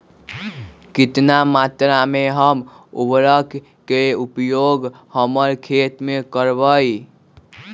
कितना मात्रा में हम उर्वरक के उपयोग हमर खेत में करबई?